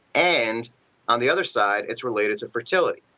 and on the other side, it's related to fertility.